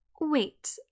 Wait